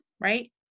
Right